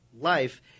life